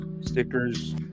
stickers